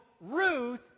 Ruth